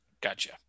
gotcha